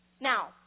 Now